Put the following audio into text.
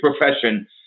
profession